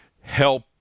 help